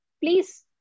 please